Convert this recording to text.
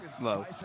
Low